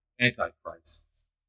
antichrists